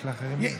יש לאחרים?